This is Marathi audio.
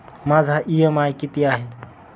माझा इ.एम.आय किती आहे?